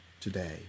today